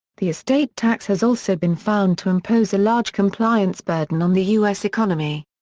the estate tax has also been found to impose a large compliance burden on the u s. economy.